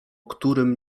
którym